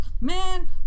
man